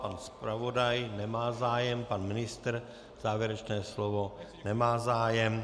Pan zpravodaj nemá zájem, pan ministr o závěrečné slovo nemá zájem.